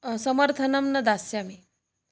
समर्थनं न दास्यामि